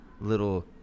little